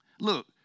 Look